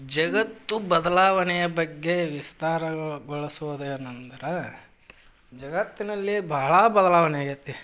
ಜಗತ್ತು ಬದಲಾವಣೆಯ ಬಗ್ಗೆ ವಿಸ್ತಾರವಾಗಿ ಬಳಸೋದೇನಂದ್ರೆ ಜಗತ್ತಿನಲ್ಲಿ ಬಹಳ ಬದಲಾವಣೆ ಆಗೈತಿ